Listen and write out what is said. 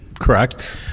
correct